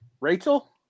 Rachel